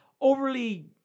overly